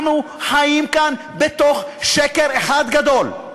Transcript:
אנחנו חיים כאן בתוך שקר אחד גדול.